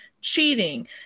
cheating